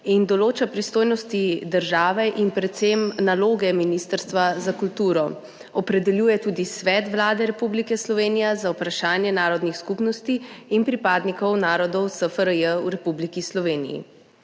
in določa pristojnosti države in predvsem naloge Ministrstva za kulturo, opredeljuje tudi Svet Vlade Republike Slovenije za vprašanja narodnih skupnosti pripadnikov narodov nekdanje SFRJ v Republiki Sloveniji.